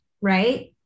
Right